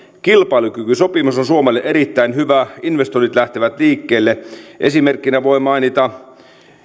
kilpailukykysopimus on suomelle erittäin hyvä investoinnit lähtevät liikkeelle esimerkkinä voi mainita